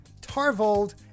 Tarvold